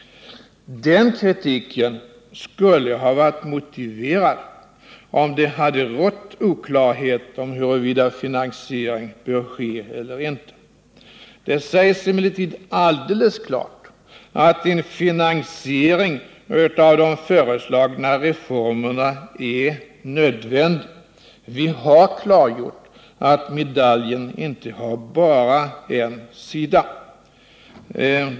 Den kritiken skulle ha varit motiverad ifall det hade rått oklarhet om huruvida finansiering bör ske eller inte. Det sägs emellertid alldeles klart att en finansiering av de föreslagna reformerna är nödvändig. Vi har klargjort att medaljen inte har bara en sida.